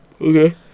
Okay